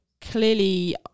clearly